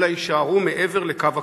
אלא יישארו מעבר לקו הכוהנים.